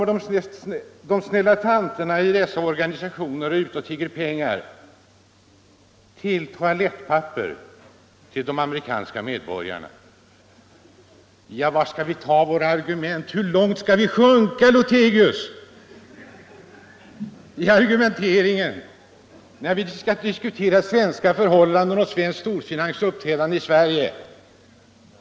De snälla tanterna i dessa organisationer är ute och tigger pengar till toalettpapper åt de amerikanska medborgarna. Var skall vi ta våra argument? Hur långt skall vi sjunka, herr Lothigius, i argumenteringen, när vi skall diskutera svenska förhållanden och svensk storfinans uppträdande i Sverige?